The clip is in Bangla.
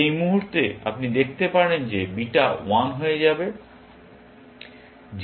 এই মুহুর্তে আপনি দেখতে পারেন যে বিটা 1 হয়ে যাবে